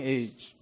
age